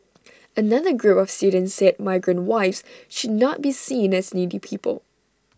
another group of students said migrant wives should not be seen as needy people